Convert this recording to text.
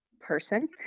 person